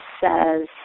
says